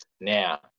Now